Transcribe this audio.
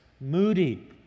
moody